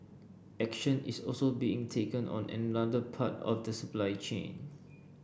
action is also being taken on another part of the supply chain